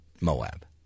Moab